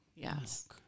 Yes